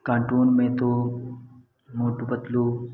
cartoon में तो मोटू पतलू